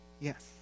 Yes